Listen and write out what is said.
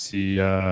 See